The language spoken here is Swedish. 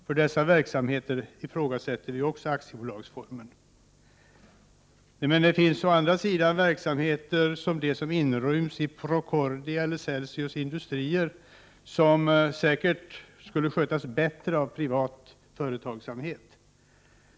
För dessa verksamheter ifrågasätter vi också aktiebolagsformen. Men det finns andra verksamheter — som de som inryms i Procordia eller Celsius Industrier — som säkert skulle skötas bättre av privat företagsamhet.